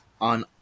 on